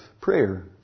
prayer